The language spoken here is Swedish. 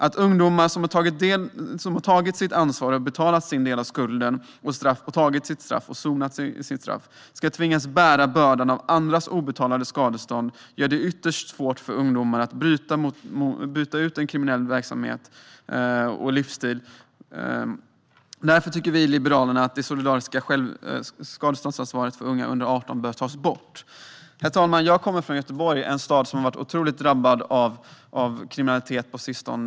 Att ungdomar som har tagit sitt ansvar, betalat sin del av skulden och sonat sitt brott ska tvingas bära bördan av andras obetalade skadestånd gör det ytterst svårt för ungdomar att bryta en kriminell verksamhet och livsstil. Därför tycker vi i Liberalerna att det solidariska skadeståndsansvaret för personer under 18 år bör tas bort. Herr talman! Jag kommer från Göteborg, en stad som har varit otroligt drabbad av kriminalitet på sistone.